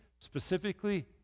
specifically